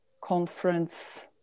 conference